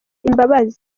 imbabazi